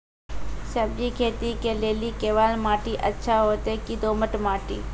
सब्जी खेती के लेली केवाल माटी अच्छा होते की दोमट माटी?